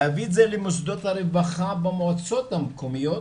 להביא את זה למוסדות הרווחה במועצות המקומיות,